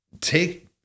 take